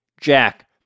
Jack